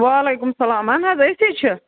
وعلیکُم السلام اہن حظ أسی چھِ